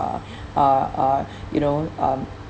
are are are you know um